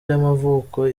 y’amavuko